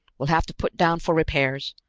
we'll have to put down for repairs.